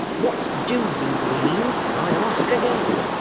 what do you mean, i ask again